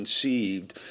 conceived